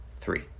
three